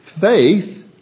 faith